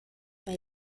bei